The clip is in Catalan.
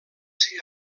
ser